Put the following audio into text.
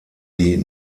die